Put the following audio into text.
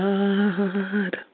God